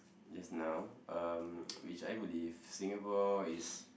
just now um which I believe Singapore is